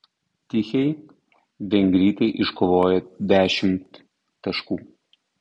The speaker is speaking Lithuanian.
tichei vengrytė iškovojo dešimt taškų